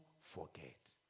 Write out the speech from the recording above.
forget